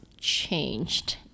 changed